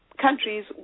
Countries